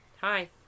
Hi